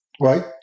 Right